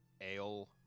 ale